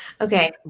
Okay